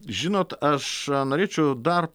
žinot aš norėčiau dar